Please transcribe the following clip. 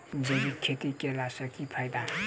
जैविक खेती केला सऽ की फायदा?